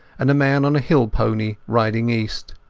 and a man on a hill pony riding east.